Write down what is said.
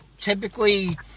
typically